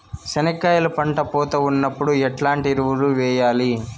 చెనక్కాయలు పంట పూత ఉన్నప్పుడు ఎట్లాంటి ఎరువులు వేయలి?